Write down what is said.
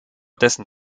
dessen